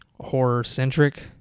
horror-centric